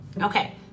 Okay